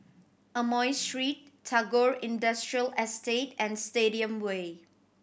Amoy Street Tagore Industrial Estate and Stadium Way